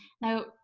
Now